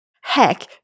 heck